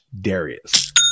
Darius